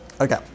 Okay